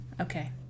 Okay